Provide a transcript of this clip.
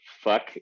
fuck